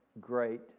great